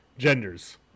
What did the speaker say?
Genders